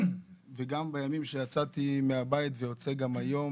גם בימים שיצאתי מהבית ואני יוצא גם היום